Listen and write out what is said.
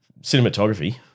Cinematography